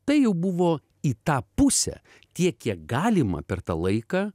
tai jau buvo į tą pusę tiek kiek galima per tą laiką